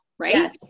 Right